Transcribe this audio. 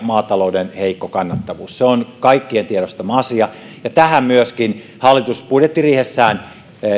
maatalouden heikko kannattavuus se on kaikkien tiedostama asia ja tähän myöskin hallitus budjettiriihessään